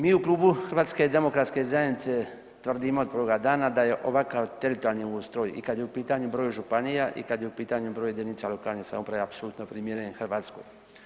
Mi u Klubu HDZ-a tvrdimo od prvoga dana da je ovakav teritorijalni ustroj i kad je u pitanju broj županija i kad je u pitanju broj jedinica lokalne samouprave apsolutno je primjeren Hrvatskoj.